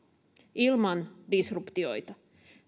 ilman disruptioita